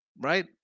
right